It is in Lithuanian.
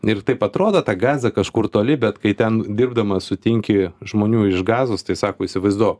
ir taip atrodo ta gaza kažkur toli bet kai ten dirbdamas sutinki žmonių iš gazos tai sako įsivaizduok